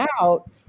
out